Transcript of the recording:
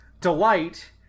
Delight